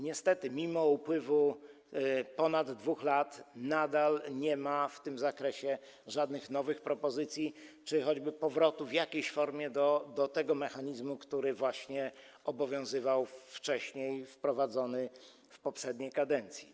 Niestety, mimo upływu ponad 2 lat nadal nie ma w tym zakresie żadnych nowych propozycji, choćby powrotu w jakiejś formie do mechanizmu, który obowiązywał wcześniej, wprowadzonego w poprzedniej kadencji.